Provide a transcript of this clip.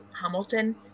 Hamilton